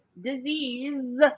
disease